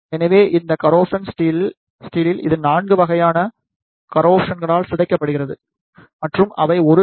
எனவே இந்த corrosion steel இது 4 வகையான கரோசன்களால் சிதைக்கப்படுகிறது மற்றும் அவை 1 செ